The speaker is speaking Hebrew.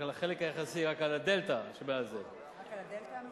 רק על החלק היחסי, רק על הדלתא, רק על הדלתא?